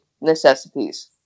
necessities